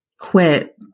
quit